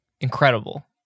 Incredible